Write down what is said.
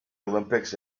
olympics